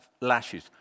lashes